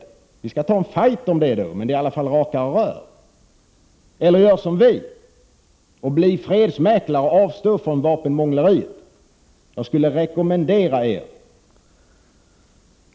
Då kommer vi att ta en fight om det, men det är i alla fall raka rör. Eller gör som vi — bli fredsmäklare och avstå från vapenmångleriet.